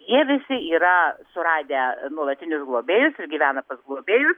jie visi yra suradę nuolatinius globėjus ir gyvena pas globėjus